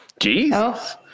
jesus